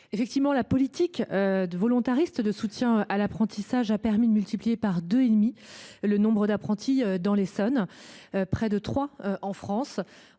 Darcos, la politique volontariste de soutien à l’apprentissage a permis de multiplier par 2,5 le nombre d’apprentis dans l’Essonne, et par près de 3 en France.